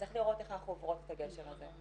וצריך לראות איך אנחנו עוברות את הגשר הזה.